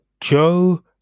Joe